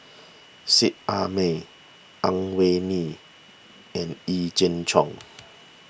Seet Ai Mee Ang Wei Neng and Yee Jenn Jong